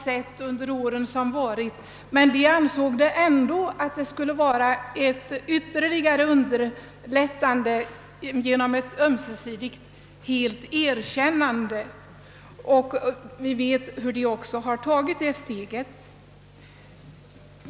Men i dessa länder ansåg man att förbindelserna trots det ytterligare borde underlättas genom ett ömsesidigt erkännande, ett steg som man nu också tagit.